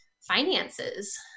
finances